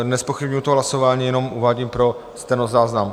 Nezpochybňuji to hlasování, jen uvádím pro stenozáznam.